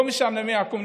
לא משנה מה יקום.